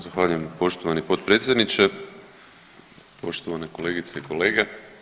Zahvaljujem poštovani potpredsjedniče, poštovane kolegice i kolege.